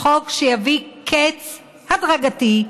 חוק שיביא קץ הדרגתי,